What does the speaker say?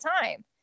time